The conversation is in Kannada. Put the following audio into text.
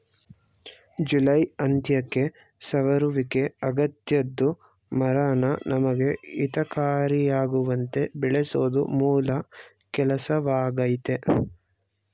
ಜುಲೈ ಅಂತ್ಯಕ್ಕೆ ಸವರುವಿಕೆ ಅಗತ್ಯದ್ದು ಮರನ ನಮಗೆ ಹಿತಕಾರಿಯಾಗುವಂತೆ ಬೆಳೆಸೋದು ಮೂಲ ಕೆಲ್ಸವಾಗಯ್ತೆ